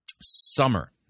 summer